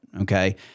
okay